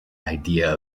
idea